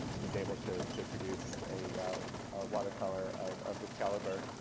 was able to to produce a water color of of this caliber.